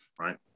Right